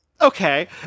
Okay